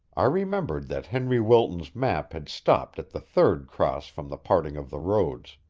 i remembered that henry wilton's map had stopped at the third cross from the parting of the roads.